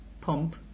pump